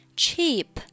cheap